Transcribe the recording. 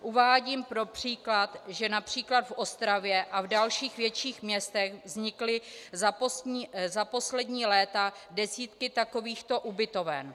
Uvádím pro příklad, že například v Ostravě a v dalších větších městech vznikly za poslední léta desítky takovýchto ubytoven.